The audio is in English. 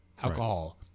alcohol